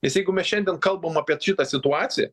nes jeigu mes šiandien kalbam apie šitą situaciją